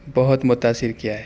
بہت متأثر کیا ہے